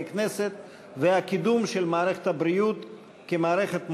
כנסת והקידום של מערכת הבריאות כמערכת מודרנית,